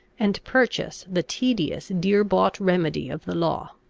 and purchase the tedious dear-bought remedy of the law?